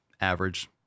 average